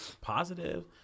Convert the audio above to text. positive